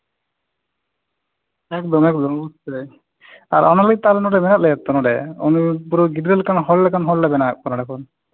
ᱮᱠᱫᱚᱢ ᱮᱠᱫᱚᱢ ᱚᱵᱚᱥᱥᱳᱭ ᱟᱨ ᱚᱱᱟ ᱞᱟᱹᱜᱤᱫᱛᱮ ᱟᱞᱮ ᱱᱚᱰᱮ ᱢᱮᱱᱟᱜ ᱞᱮᱭᱟ ᱛᱚ ᱱᱚᱰᱮ ᱯᱩᱨᱟᱹ ᱜᱤᱫᱽᱨᱟᱹ ᱞᱮᱠᱟᱱ ᱦᱚᱲ ᱞᱮᱠᱟᱱ ᱦᱚᱲᱞᱮ ᱵᱮᱱᱟᱣᱮᱜ ᱠᱚᱣᱟ ᱱᱚᱰᱮ ᱠᱷᱚᱱ